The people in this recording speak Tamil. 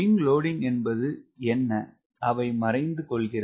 WS என்பது என்ன அவை மறைந்து கொள்கிறது